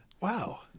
Wow